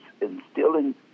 instilling